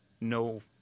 no